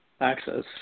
access